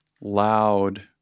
loud